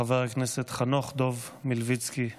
חבר הכנסת חנוך דב מלביצקי,